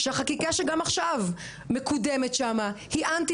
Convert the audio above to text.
שהחקיקה שגם עכשיו מקודמת שמה היא אנטי